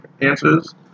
answers